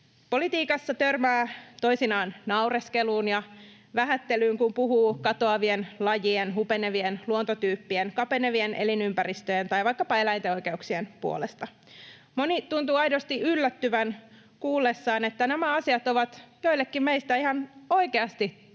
Politiikassa törmää toisinaan naureskeluun ja vähättelyyn, kun puhuu katoavien lajien, hupenevien luontotyyppien, kapenevien elinympäristöjen tai vaikkapa eläinten oikeuksien puolesta. Moni tuntuu aidosti yllättyvän kuullessaan, että nämä asiat ovat joillekin meistä ihan oikeasti tosi